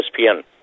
ESPN